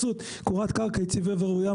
הגברת בלונדר העלתה את עניין קורת גג יציבה וראויה.